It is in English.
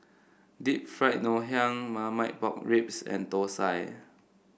Deep Fried Ngoh Hiang Marmite Pork Ribs and Thosai